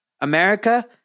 America